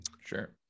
sure